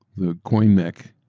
the coin mech,